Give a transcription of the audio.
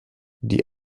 die